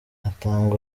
atanga